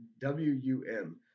W-U-M